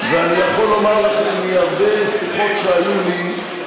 ואני יכול לומר לכם, מהרבה שיחות שהיו לי,